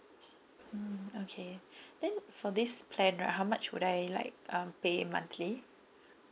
mm okay then for this plan right how much would I like um pay monthly